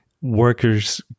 workers